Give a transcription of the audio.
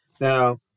now